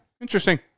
Interesting